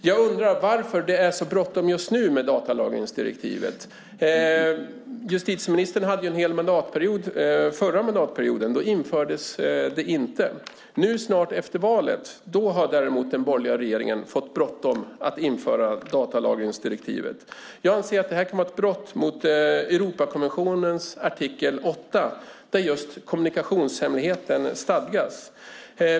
Jag undrar varför det är så bråttom just nu med datalagringsdirektivet. Justitieministern hade ju en hel mandatperiod på sig under förra mandatperioden. Då infördes det inte. Nu, strax efter valet, har däremot den borgerliga regeringen fått bråttom att införa datalagringsdirektivet. Jag anser att detta kan vara ett brott mot Europakonventionens artikel 8, där just kommunikationshemligheten stadgas.